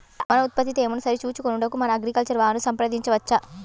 మన ఉత్పత్తి తేమను సరిచూచుకొనుటకు మన అగ్రికల్చర్ వా ను సంప్రదించవచ్చా?